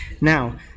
Now